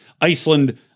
Iceland